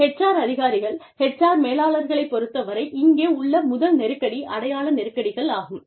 HR அதிகாரிகள் HR மேலாளர்களைப் பொறுத்தவரை இங்கே உள்ள முதல் நெருக்கடி அடையாள நெருக்கடிகள் ஆகும்